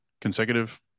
consecutive